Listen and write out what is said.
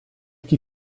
chi